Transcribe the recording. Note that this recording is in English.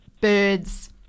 birds